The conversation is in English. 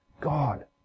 God